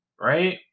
right